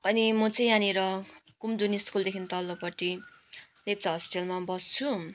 अनि म चाहिँ यहाँनिर कुमुदिनी स्कुलदेखि तल्लोपट्टि लेप्चा होस्टेलमा बस्छु